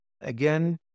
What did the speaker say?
again